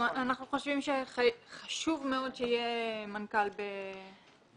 אנחנו חושבים שחשוב מאוד שיהיה מנכ"ל בגמ"ח.